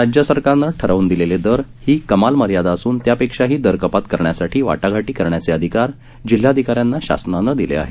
राज्यसरकारने ठरवून दिलेले दर ही कमाल मर्यादा असून त्यापेक्षाही दरकपात करण्यसाठी वाटाघाटी करण्याचे अधिकार जिल्हाधिकाऱ्यांना शासनाने दिले आहेत